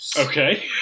Okay